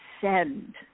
send